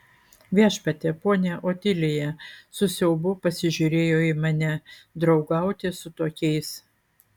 viešpatie ponia otilija su siaubu pasižiūrėjo į mane draugauti su tokiais